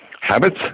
habits